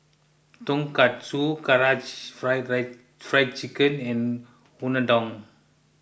Tonkatsu Karaage Fried Chicken and Unadon